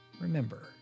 Remember